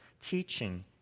teaching